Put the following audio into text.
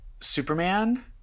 Superman